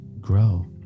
grow